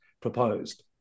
proposed